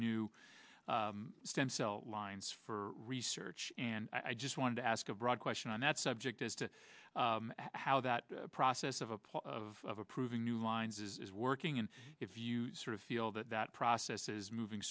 new stem cell lines for research and i just wanted to ask a broad question on that subject as to how that process of a part of approving new lines is working and if you sort of feel that that process is moving